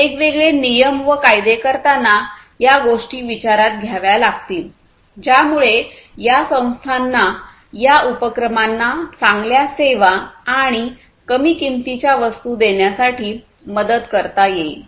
वेगवेगळे नियम व कायदे करताना या गोष्टी विचारात घ्याव्या लागतील ज्यामुळे या संस्थांना या उपक्रमांना चांगल्या सेवा आणि कमी किमतीच्या वस्तू देण्यासाठी मदत करता येईल